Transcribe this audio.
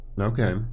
Okay